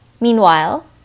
meanwhile